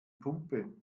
pumpe